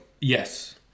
Yes